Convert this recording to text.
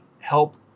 help